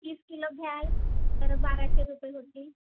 तीस किलो घ्याल तर बाराशे रुपये होतील